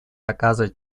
оказывать